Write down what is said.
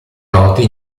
noti